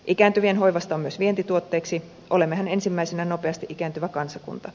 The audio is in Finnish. ikääntyvien hoivasta on myös vientituotteeksi olemmehan ensimmäisenä nopeasti ikääntyvä kansakunta